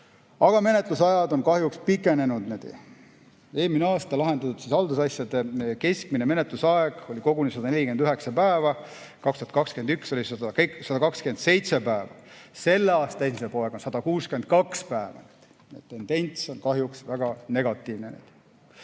aga menetlusajad on kahjuks pikenenud. Eelmine aasta lahendatud haldusasjade keskmine menetlusaeg oli koguni 149 päeva, 2021. [aastal] oli [see] 127 päeva, selle aasta esimesel poolel 162 päeva. Tendents on kahjuks väga negatiivne.